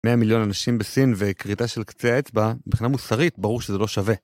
מאה מיליון אנשים בסין וכריתה של קצה האצבע, מבחינה מוסרית, ברור שזה לא שווה.